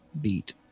beat